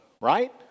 right